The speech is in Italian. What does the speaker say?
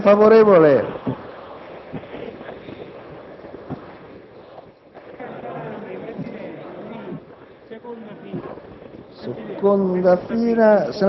parere favorevole.